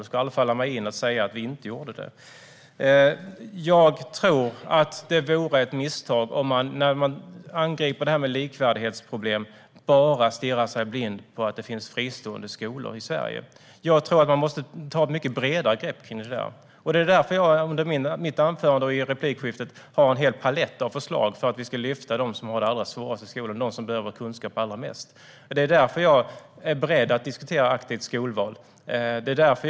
Det skulle aldrig falla mig in att säga att vi inte gjorde det. Jag tror att det vore ett misstag att när man angriper likvärdighetsproblem bara stirra sig blind på att det finns fristående skolor i Sverige. Man måste ta ett bredare grepp kring detta. Därför visade jag under mitt anförande och under replikskiftet på en hel palett av förslag som ska lyfta dem som har det allra svårast i skolan och dem som behöver kunskap allra mest. Det är därför jag är beredd att diskutera aktivt skolval.